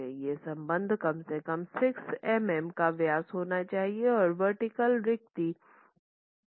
ये संबंध कम से कम 6 मिलीमीटर का व्यास होना चाहिए और वर्टीकल रिक्ति के साथ होना चाहिए